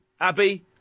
Abby